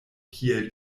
kiel